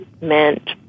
meant